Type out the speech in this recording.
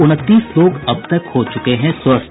उनतीस लोग अब तक हो चुके है स्वस्थ